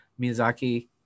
Miyazaki